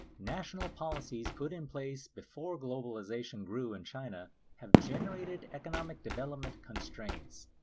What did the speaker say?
national policies put in place before globalization grew in china have generated economic development constraints.